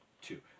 Two